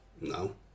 no